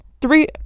three